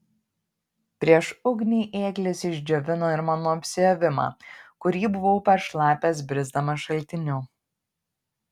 prieš ugnį ėglis išdžiovino ir mano apsiavimą kurį buvau peršlapęs brisdamas šaltiniu